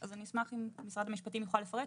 אז אני אשמח אם משרד המשפטים יוכל לפרט.